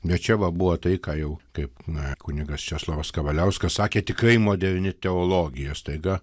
bet čia va buvo tai ką jau kaip na kunigas česlovas kavaliauskas sakė tikrai moderni teologija staiga